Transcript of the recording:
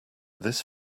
this